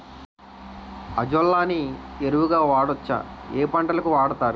Azolla ని ఎరువు గా వాడొచ్చా? ఏ పంటలకు వాడతారు?